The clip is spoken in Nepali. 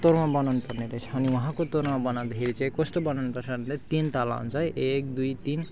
तोर्मा बनाउनुपर्ने रहेछ अनि उहाँको तोर्मा बनाउँदाखेरि चाहिँ कस्तो बनाउनुपर्छ हामीलाई तिन तला हुन्छ है एक दुई तिन